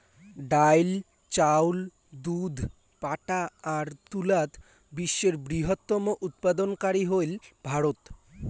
ডাইল, চাউল, দুধ, পাটা আর তুলাত বিশ্বের বৃহত্তম উৎপাদনকারী হইল ভারত